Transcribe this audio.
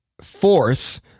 fourth